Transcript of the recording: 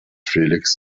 felix